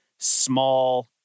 small